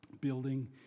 building